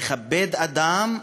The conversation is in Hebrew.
לכבד אדם,